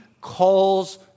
calls